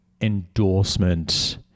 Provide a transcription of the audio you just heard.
endorsement